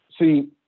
See